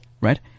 right